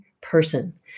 person